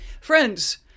friends